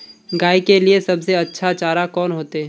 गाय के लिए सबसे अच्छा चारा कौन होते?